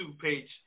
page